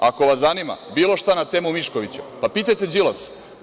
Ako vas zanima bilo šta na temu Miškovića, pa pitajte Đilasa.